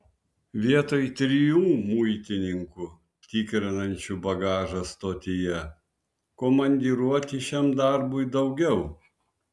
vietoj trijų muitininkų tikrinančių bagažą stotyje komandiruoti šiam darbui daugiau